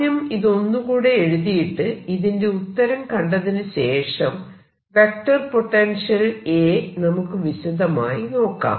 ആദ്യം ഇത് ഒന്നുകൂടെ എഴുതിയിട്ട് ഇതിന്റെ ഉത്തരം കണ്ടതിനു ശേഷം വെക്റ്റർ പൊട്ടൻഷ്യൽ A നമുക്ക് വിശദമായി നോക്കാം